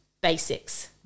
basics